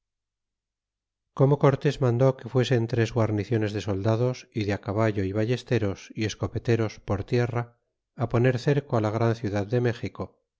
como cortés mandó que fuesen tres guarniciones de soldados y de caballo y ballesteros y escopeteros por tierra poner cerco la gran ciudad de méxico